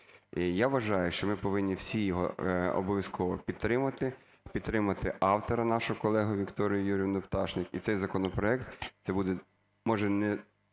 я вважаю, що ми повинні всі його обов'язково підтримати, підтримати автора нашу колегу Вікторію Юріївну Пташник. І цей законопроект це буде, може, не